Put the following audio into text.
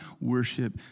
worship